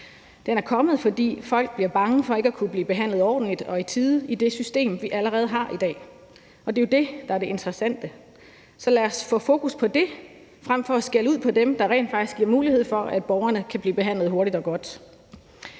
Den er kommet, fordi folk bliver bange for ikke at kunne blive behandlet ordentligt og i tide i det system, vi allerede har i dag. Og det er jo det, der er det interessante. Så lad os få fokus på det frem for at skælde ud på dem, der rent faktisk giver mulighed for, at borgerne kan blive behandlet hurtigt og godt.